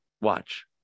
Watch